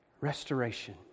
restoration